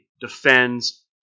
defends